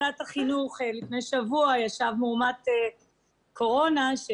לפני שבוע ישב בוועדת החינוך חולה קורונה מאומת